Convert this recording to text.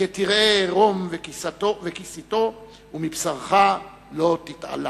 כי תראה ערום וכיסיתו, ומבשרך לא תתעלם.